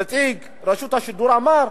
נציג רשות השידור אמר: